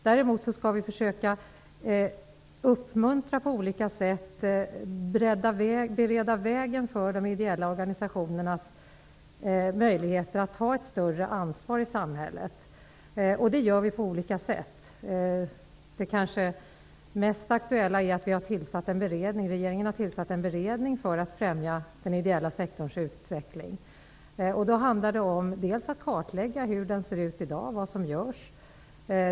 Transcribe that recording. Däremot skall vi försöka att på olika sätt uppmuntra och bereda vägen för de ideella organisationerna när det gäller att ta ett större ansvar i samhället. Det gör vi också på olika sätt. Det kanske mest aktuella är att regeringen har tillsatt en beredning för att främja den ideella sektorns utveckling. Den skall bl.a. kartlägga hur denna sektor ser ut i dag och vad den gör.